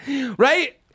Right